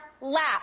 lap